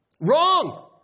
Wrong